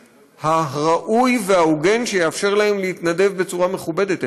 הראוי וההוגן שיאפשר להם להתנדב בצורה מכובדת.